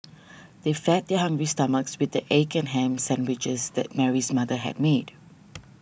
they fed their hungry stomachs with the egg and ham sandwiches that Mary's mother had made